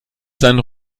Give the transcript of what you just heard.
seinen